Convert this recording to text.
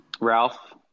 Ralph